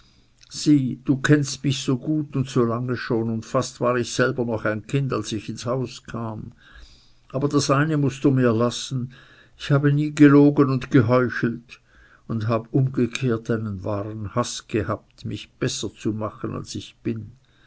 du kennst mich so gut und so lange schon und fast war ich selber noch ein kind als ich ins haus kam aber das eine mußt du mir lassen ich habe nie gelogen und geheuchelt und hab umgekehrt einen wahren haß gehabt mich besser zu machen als ich bin